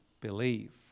believe